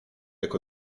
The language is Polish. jak